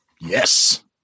Yes